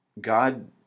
God